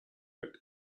but